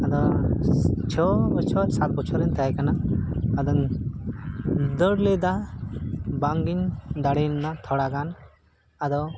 ᱟᱫᱚ ᱪᱷᱚ ᱵᱚᱪᱷᱚᱨ ᱥᱟᱛ ᱵᱚᱪᱷᱚᱨᱤᱧ ᱛᱟᱦᱮᱸ ᱠᱟᱱᱟ ᱟᱫᱚ ᱫᱟᱹᱲ ᱞᱮᱫᱟ ᱵᱟᱝ ᱜᱤᱧ ᱫᱟᱲᱮ ᱞᱮᱱᱟ ᱛᱷᱚᱲᱟᱜᱟᱱ ᱟᱫᱚ